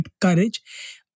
courage